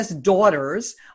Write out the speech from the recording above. daughters